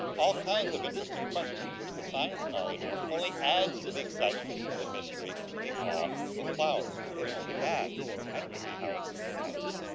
all kinds of interesting questions which the science knowledge only adds to the excitement, the mystery and the awe of a flower. it only adds. i don't see how it subtracts.